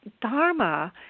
Dharma